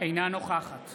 אינה נוכחת